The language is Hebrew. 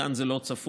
וכאן זה לא צפוי,